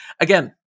again